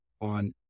on